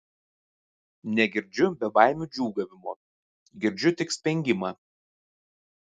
negirdžiu bebaimių džiūgavimo girdžiu tik spengimą